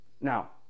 now